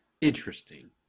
Interesting